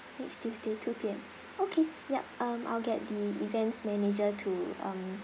next tuesday two P_M okay yup um I'll get the events manager to um